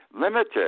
Limited